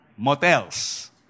Motels